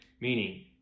meaning